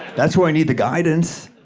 that's where i need the guidance.